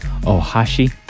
Ohashi